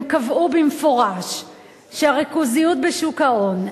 הם קבעו במפורש שהריכוזיות בשוק ההון,